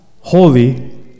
holy